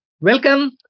welcome